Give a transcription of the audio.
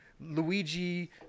luigi